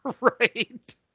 Right